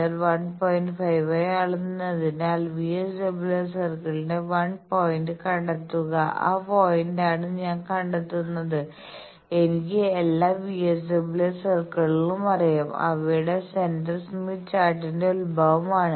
5 ആയി അളന്നതിനാൽ VSWR സർക്കിളിന്റെ 1 പോയിന്റ് കണ്ടെത്തുന്ന ആ പോയിന്റാണ് ഞാൻ കണ്ടെത്തുന്നത് എനിക്ക് എല്ലാ VSWR സർക്കിളുകളും അറിയാം അവയുടെ സെന്റർ സ്മിത്ത് ചാർട്ടിന്റെ ഉത്ഭവമാണ്